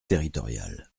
territoriales